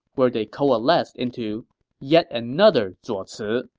where they coalesced into yet another zuo ci.